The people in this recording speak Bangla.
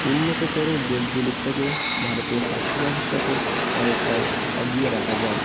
উন্নততর দেশগুলির থেকে ভারতীয় স্বাস্থ্য ব্যবস্থাকে অনেকটাই এগিয়ে রাখা যায়